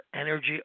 energy